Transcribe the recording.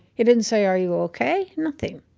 he didn't say, are you ok? nothing,